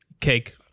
Cake